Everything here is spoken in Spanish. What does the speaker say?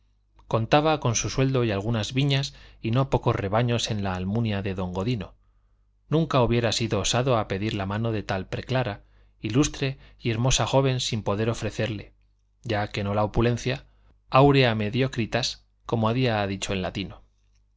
contaba con su sueldo y algunas viñas y no pocos rebaños en la almunia de don godino nunca hubiera sido osado a pedir la mano de tan preclara ilustre y hermosa joven sin poder ofrecerle ya que no la opulencia una aurea mediocritas como había dicho el latino